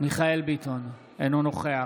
מיכאל מרדכי ביטון, אינו נוכח